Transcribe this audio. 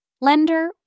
lender